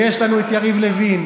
ויש לנו את יריב לוין,